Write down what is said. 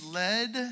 led